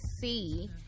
see